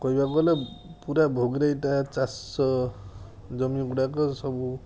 କହିବାକୁ ଗଲେ ପୁରା ଭୋଗରାଇଟା ଚାଷ ଜମି ଗୁଡ଼ାକ ସବୁ